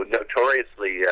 notoriously